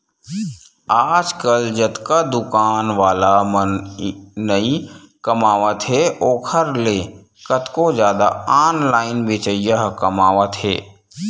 आजकल जतका दुकान वाला मन नइ कमावत हे ओखर ले कतको जादा ऑनलाइन बेचइया ह कमावत हें